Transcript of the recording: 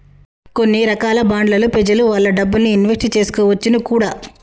కొన్ని రకాల బాండ్లలో ప్రెజలు వాళ్ళ డబ్బుల్ని ఇన్వెస్ట్ చేసుకోవచ్చును కూడా